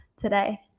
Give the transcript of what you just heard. today